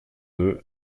deux